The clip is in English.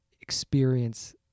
experience